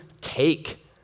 take